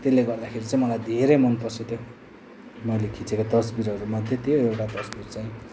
त्यसले गर्दाखेरि चाहिँ मलाई धेरै मनपर्छ त्यो मैले खिचेको तस्बिरहरूमध्ये त्यो एउटा तस्बिर चाहिँ